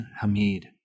Hamid